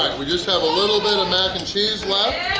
and we just have a little bit of mac and cheese left!